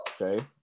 okay